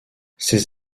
ses